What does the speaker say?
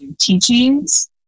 teachings